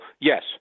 yes